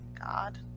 god